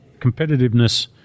competitiveness